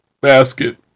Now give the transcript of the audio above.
basket